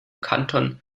kanton